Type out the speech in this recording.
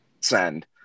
send